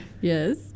Yes